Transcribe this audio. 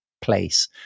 place